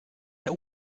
der